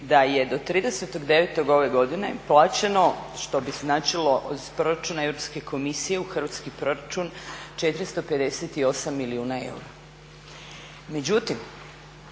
da je do 30.9. ove godine plaćeno, što bi značilo iz proračuna Europske komisije u hrvatski proračun 458 milijuna eura.